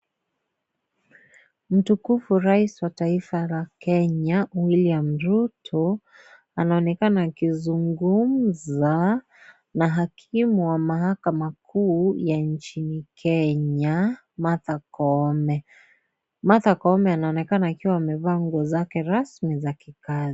Mtukufu Rais wa Taifa la Kenya, William Ruto, anaonekana akizungumza na Hakimu wa Mahakama Kuu ya nchini Kenya, Martha Koome. Martha Koome anaonekana akiwa amevaa nguo zake rasmi za kikazi.